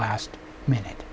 last minute